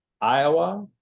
Iowa